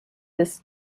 this